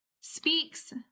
speaks